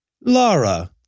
Laura